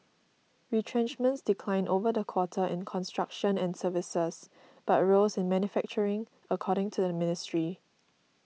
retrenchments declined over the quarter in construction and services but rose in manufacturing according to the ministry